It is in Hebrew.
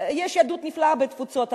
יש יהדות נפלאה בתפוצות,